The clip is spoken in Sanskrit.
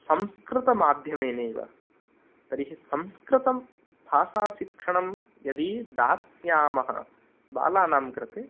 संस्कृतमाध्यमेनैव तर्हि संस्कृतं भाषाशिक्षणं यदि दास्यामः बालानां कृते